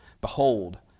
Behold